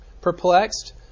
perplexed